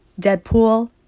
Deadpool